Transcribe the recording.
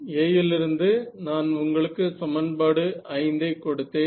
A லிருந்து நான் உங்களுக்கு சமன்பாடு 5 ஐ கொடுத்தேன்